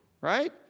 Right